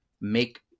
make